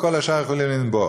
וכל השאר יכולים לנבוח.